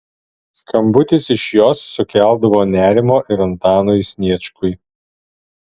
skambutis iš jos sukeldavo nerimo ir antanui sniečkui